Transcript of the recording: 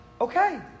Okay